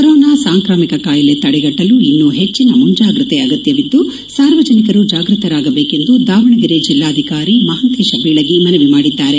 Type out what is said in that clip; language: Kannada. ಕೊರೋನಾ ಸಾಂಕ್ರಾಮಿಕ ಕಾಯಿಲೆ ತಡೆಗಟ್ಟಲು ಇನ್ನೂ ಹೆಚ್ಚಿನ ಮುಂಜಾಗ್ರತೆ ಅಗತ್ಯವಿದ್ದು ಸಾರ್ವಜನಿಕರು ಜಾಗೃತರಾಗಬೇಕೆಂದು ದಾವಣಗೆರೆ ಜಿಲ್ಲಾಧಿಕಾರಿ ಮಹಾಂತೇಶ ಬೀಳಗಿ ಮನವಿ ಮಾಡಿದ್ದಾರೆ